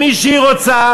עם מי שהיא רוצה,